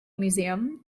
museum